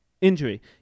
injury